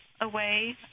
away